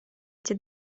эти